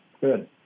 good